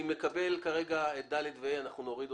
אני מקבל שאת (ד) ו-(ה) אנחנו נוריד.